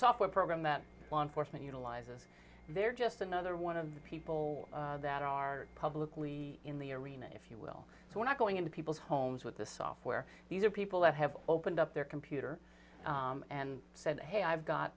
software program that law enforcement utilizes they're just another one of the people that are publicly in the arena if you will so we're not going into people's homes with this software these are people that have opened up their computer and said hey i've got